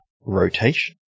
rotation